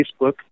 Facebook